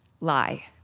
lie